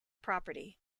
property